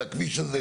והכביש הזה,